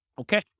Okay